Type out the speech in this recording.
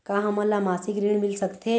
का हमन ला मासिक ऋण मिल सकथे?